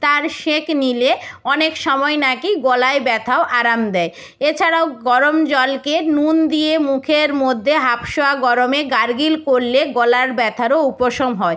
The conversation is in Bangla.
তার সেঁক নিলে অনেক সমায় নাকি গলায় ব্যথাও আরাম দেয় এছাড়াও গরম জলকে নুন দিয়ে মুখের মধ্যে হাফসোয়া গরমে গার্গিল করলে গলার ব্যথারও উপশম হয়